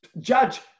judge